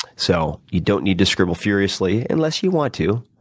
so you don't need to scribble furiously, unless you want to,